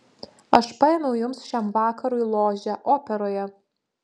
aš paėmiau jums šiam vakarui ložę operoje